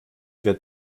wird